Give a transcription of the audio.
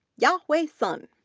yahui sun,